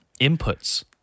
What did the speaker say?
inputs